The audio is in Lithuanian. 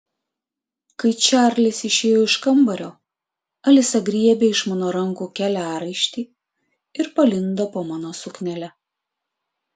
kai čarlis išėjo iš kambario alisa griebė iš mano rankų keliaraišti ir palindo po mano suknele